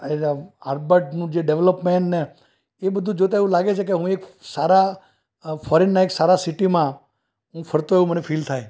એટલે આલ્બર્ટનું જે ડૅવલપમેન્ટ ને એ બધુ જોતાં એવું લાગે છે કે હું એક સારા ફૉરેનનાં એક સારા સિટીમાં હું ફરતો હોઉં એવું મને ફીલ થાય